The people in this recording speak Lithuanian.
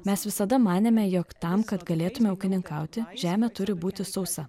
mes visada manėme jog tam kad galėtumėme ūkininkauti žemė turi būti sausa